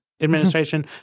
administration